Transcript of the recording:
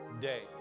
day